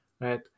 Right